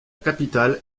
capitale